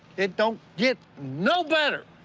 it don't get no better.